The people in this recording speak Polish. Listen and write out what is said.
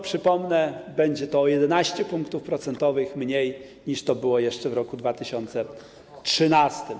Przypomnę, będzie to o 11 punktów procentowych mniej, niż to było jeszcze w roku 2013.